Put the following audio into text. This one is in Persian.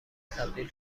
تبدیل